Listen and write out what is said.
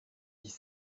dix